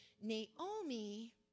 Naomi